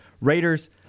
Raiders